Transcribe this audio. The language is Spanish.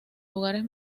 lugares